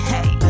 Hey